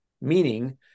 meaning